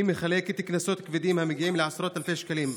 מחלקת קנסות כבדים המגיעים לעשרות אלפי שקלים,